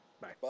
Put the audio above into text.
Bye